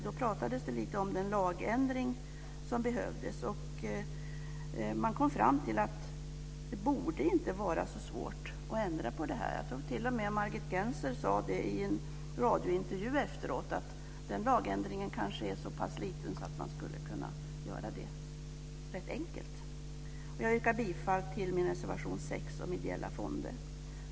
Det pratades då om den lagändring som skulle behövas, och man kom fram till att det inte borde vara så svårt att göra en sådan. Margit Gennser sade t.o.m. efteråt i en radiointervju att lagändringen kanske skulle vara så pass liten att den skulle kunna genomföras rätt enkelt. Jag yrkar bifall till min reservation 6 om ideella fonder.